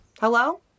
Hello